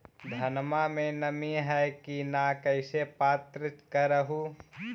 धनमा मे नमी है की न ई कैसे पात्र कर हू?